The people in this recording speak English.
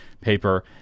Paper